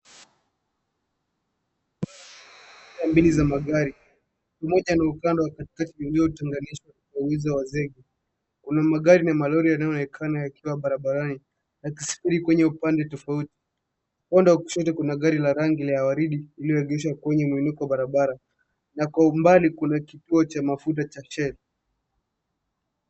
Aina mbilii za magari, moja na kando wa katikati ulio tenganishwa kwa uwezo wa zege. Una magari na malori yanao onekana yakiwa barabarani yakisafiri kwenye upande tofauti. Upande wa kushoto kuna gari la rangi la waridi ilio egeshwa kwenye muinuko wa barabara na kwa umbali kuna kituo cha mafuta cha Shell.